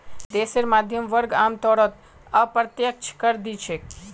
देशेर मध्यम वर्ग आमतौरत अप्रत्यक्ष कर दि छेक